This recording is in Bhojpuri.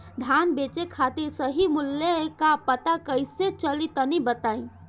धान बेचे खातिर सही मूल्य का पता कैसे चली तनी बताई?